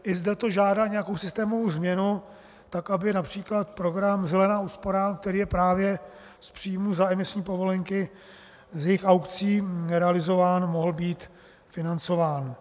I zde to žádá nějakou systémovou změnu tak, aby například program zelená úsporám, který je právě z příjmů za emisní povolenky, z jejich aukcí, realizován, mohl být financován.